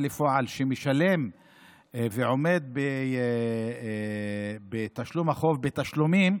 לפועל שמשלם ועומד בתשלום החוב בתשלומים,